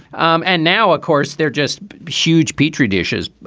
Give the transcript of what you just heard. um and now, of course, they're just huge petri dishes.